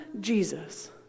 Jesus